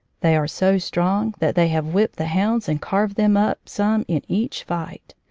they are so strong that they have whipped the hounds and carved them up some in each fight.